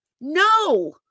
No